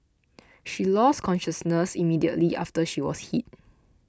she lost consciousness immediately after she was hit